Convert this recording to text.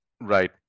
Right